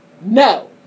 No